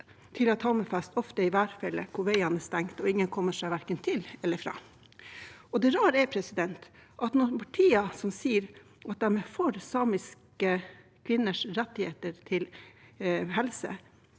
til at Hammerfest ofte er en «værfelle», hvor veiene er stengt og ingen kommer seg verken til eller fra. Det rare er at det er noen partier som sier at de er for samiske kvinners rettigheter når det